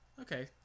okay